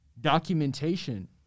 documentation